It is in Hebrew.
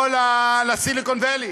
לסיליקון-ואלי.